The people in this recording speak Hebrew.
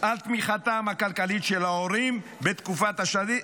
על תמיכתם הכלכלית של ההורים בתקופת השירות,